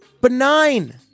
Benign